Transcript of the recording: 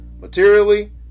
materially